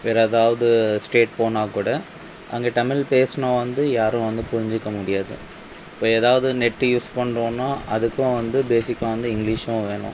வேற ஏதாவது ஸ்டேட் போனால் கூட அங்கே தமிழ் பேசினா வந்து யாரும் வந்து புரிஞ்சுக்க முடியாது இப்போ ஏதாவது நெட்டு யூஸ் பண்றோம்னா அதுக்கும் வந்து பேஸிக்காக வந்து இங்லீஷ் தான் வேணும்